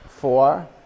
Four